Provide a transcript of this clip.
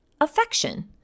Affection